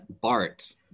Bart